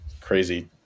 crazy